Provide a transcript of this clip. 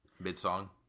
mid-song